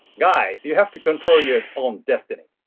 guys, you have to control your own destiny.